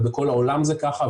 ובכל העולם זה ככה,